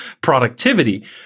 productivity